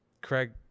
Craig